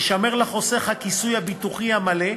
יישמר לחוסך הכיסוי הביטוחי המלא,